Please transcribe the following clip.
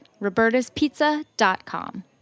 Roberta'spizza.com